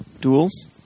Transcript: Duels